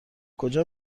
کجا